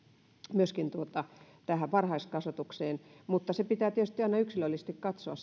myöskin tähän varhaiskasvatukseen mutta sitä tarvetta pitää tietysti aina yksilöllisesti katsoa